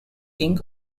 king